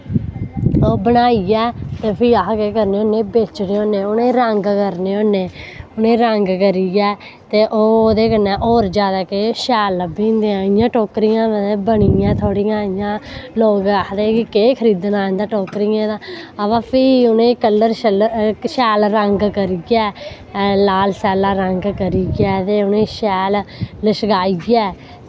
ओह् बनाइयै ते फ्ही अस केह् करने होन्ने बेचने होन्ने उनेंई रंग करने होन्ने उनें रंग करियै ते ओह् ओह्दे कन्नै होर जादा केह् शैल लब्भी जंदी ऐं इयां टोकरियां मतलव बनी दियां थोह्ड़ियां इयां लोग आखदे कि केह् खरीदना इं'दा टोकरियें दा अवा फ्ही उनेंई कल्लर शल्लर शैल रंग करियै लाल सैल्ला रंग करियै ते उनें शैल लशकाइयै